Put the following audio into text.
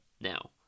now